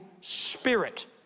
spirit